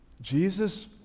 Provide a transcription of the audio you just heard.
jesus